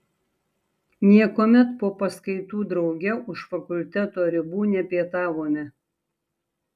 niekuomet po paskaitų drauge už fakulteto ribų nepietavome